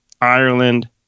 Ireland